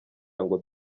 ngo